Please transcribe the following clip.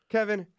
Kevin